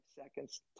seconds